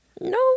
No